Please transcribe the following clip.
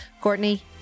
Courtney